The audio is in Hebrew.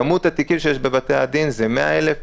כמות התיקים שיש בבתי הדין זה 100,000,